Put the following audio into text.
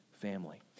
family